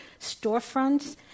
storefronts